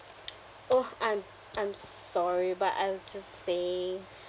oh I'm I'm sorry but I was just saying